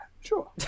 sure